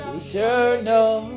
eternal